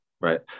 right